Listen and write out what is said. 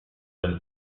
del